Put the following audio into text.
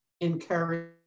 encourage